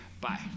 Bye